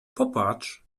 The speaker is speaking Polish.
popatrz